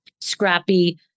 scrappy